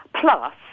Plus